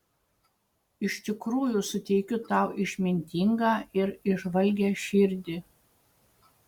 iš tikrųjų suteikiu tau išmintingą ir įžvalgią širdį